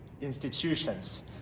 institutions